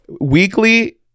weekly